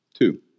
Two